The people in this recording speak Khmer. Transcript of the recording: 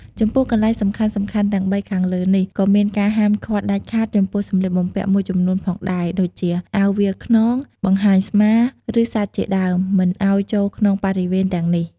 ចំពោះកន្លែងសំខាន់ៗទាំងបីខាងលើនេះ ក៏មានការហាមឃាត់ដាច់ខាតចំពោះសម្លៀកបំពាក់មួយចំនួនផងដែរដូចជា អាវវាលខ្នង បង្ហាញស្មា ឬ សាច់ជាដើម មិនឲ្យចូលក្នុងបរិវេណទាំងនេះ។